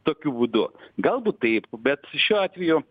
tokiu būdu galbūt taip šiuo atveju